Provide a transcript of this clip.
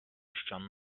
ścian